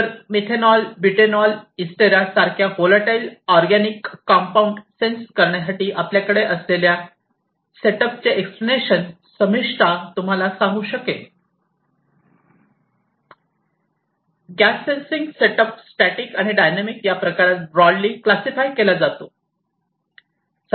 तर methanol butanol एस्टेरा सारख्या होलाटाईल ऑरगॅनिक कंपाऊंड सेन्स करण्यासाठी आपल्याकडे असलेल्या सेटअपचे एक्सप्लेनेशन शमिष्ठा तुम्हाला सांगू शकेल गॅस सेन्सिंग सेटअप स्टॅटिक आणि डायनॅमिक या प्रकारात ब्रोडली क्लासिफाय केला जातो